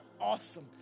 awesome